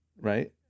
right